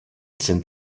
sind